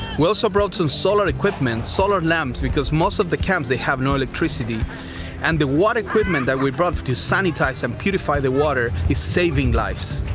wilson brooks of solar equipment solemn them because most of the camps they have no electricity and the what equipment that we brought to sunny tyson purify the water is saving lives.